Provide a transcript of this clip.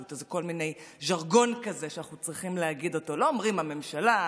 אז זה ז'רגון כזה שאנחנו צריכים להגיד: לא אומרים "הממשלה",